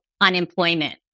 unemployment